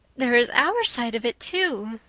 there is our side of it too.